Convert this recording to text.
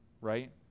right